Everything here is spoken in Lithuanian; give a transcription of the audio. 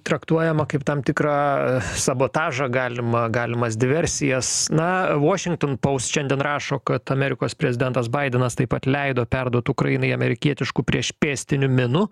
traktuojama kaip tam tikrą sabotažą galima galimas diversijas na vuošinton poust šiandien rašo kad amerikos prezidentas baidenas taip pat leido perduot ukrainai amerikietiškų priešpėstinių minų